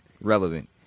relevant